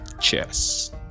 cheers